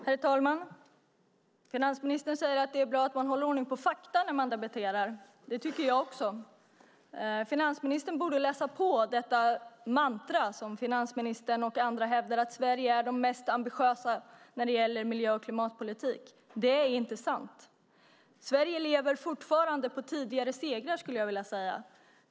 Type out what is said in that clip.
Herr talman! Finansministern säger att det är bra att hålla ordning på fakta när man debatterar. Det tycker jag också. Finansministern borde därför tänka över det mantra som han och andra använder när de hävdar att Sverige är mest ambitiöst när det gäller miljö och klimatpolitik. Detta är nämligen inte sant. Sverige lever fortfarande på tidigare segrar, skulle jag vilja säga.